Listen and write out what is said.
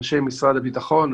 אנשי משרד הביטחון,